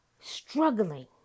struggling